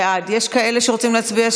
בעד, תהלה פרידמן,